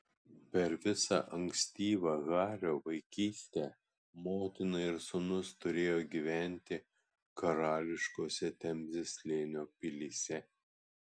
per visą ankstyvą hario vaikystę motina ir sūnus turėjo gyventi karališkose temzės slėnio pilyse